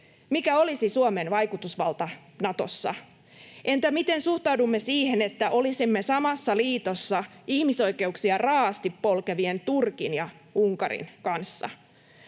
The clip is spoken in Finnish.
Mikä olisi Suomen vaikutusvalta Natossa? Entä miten suhtaudumme siihen, että olisimme samassa liitossa ihmisoikeuksia raa’asti polkevien Turkin ja Unkarin kanssa?